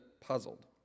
puzzled